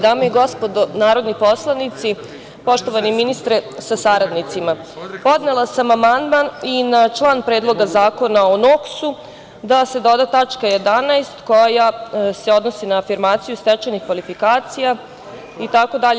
Dame i gospodo narodni poslanici, poštovani ministre sa saradnicima, podnela sam amandman i na član Predloga zakona o NOKS da se doda tačka 11. koja se odnosi na afirmaciju stečenih kvalifikacija itd.